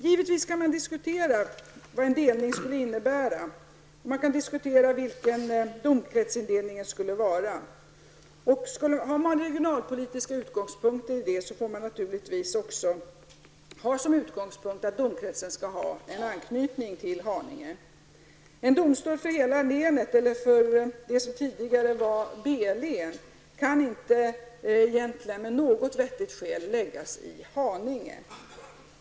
Givetvis kan man diskutera vad en delning skulle innebära. Man kan diskutera vilken domkretsindelningen skulle vara. Har man regionalpolitiska utgångspunkter får man naturligtvis också ha som utgångspunkt att domkretsen skall ha en anknytning till Haninge. En domstol för hela länet, eller det som tidigare var B län, kan egentligen inte av något vettigt skäl läggas i Haninge.